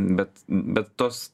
bet bet tos